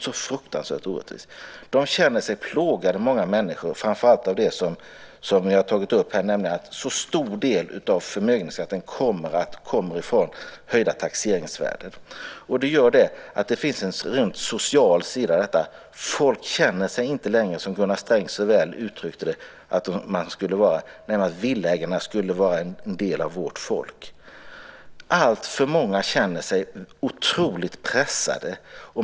Många människor känner sig plågade framför allt av det som tagits upp här, nämligen av att en så stor del av förmögenhetsskatten kommer från höjda taxeringsvärden. Det gör att det finns en rent social sida i detta. Människor känner inte längre att, som Gunnar Sträng så väl uttryckte det, villaägarna ska vara en del av vårt folk. Alltför många känner sig otroligt pressade.